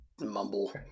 mumble